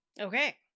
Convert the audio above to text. Okay